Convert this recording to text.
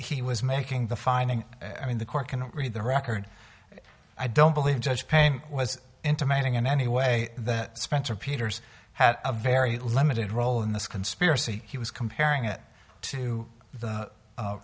he was making the finding i mean the court cannot read the record i don't believe judge payne was intimating in any way that spencer peters had a very limited role in this conspiracy he was comparing it to the